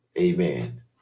Amen